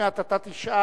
עוד מעט אתה תשאל.